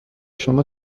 شما